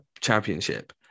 championship